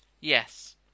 Yes